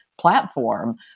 platform